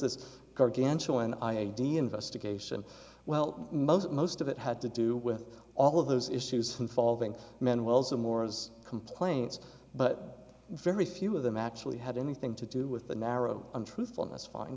this gargantuan i a d investigation well most of most of it had to do with all of those issues involving men wells and morris complaints but very few of them actually had anything to do with the narrow untruthfulness find